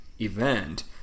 event